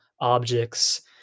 objects